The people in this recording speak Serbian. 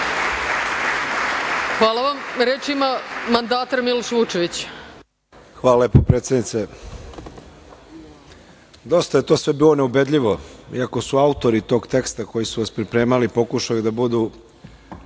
Hvala vam. Reč ima mandatar Miloš Vučević. **Miloš Vučević** Hvala lepo, predsednice. Dosta je sve to bilo neubedljivo, iako su autori tog teksta koji su vas pripremali pokušali da budu